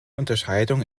unterscheidung